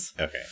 okay